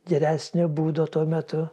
geresnio būdo tuo metu